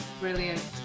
Brilliant